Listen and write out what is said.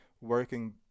working